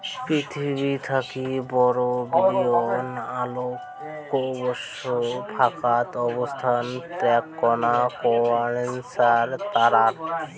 পিথীবি থাকি বারো বিলিয়ন আলোকবর্ষ ফাকত অবস্থান এ্যাকনা কোয়েসার তারার